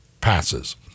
passes